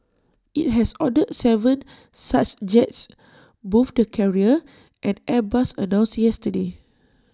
IT has ordered Seven such jets both the carrier and airbus announced yesterday